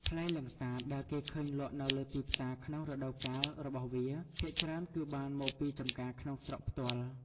ផ្លែលាំងសាតដែលគេឃើញលក់នៅលើទីផ្សារក្នុងរដូវកាលរបស់វា ភាគច្រើនគឺបានមកពីចម្ការក្នុងស្រុកផ្ទាល់។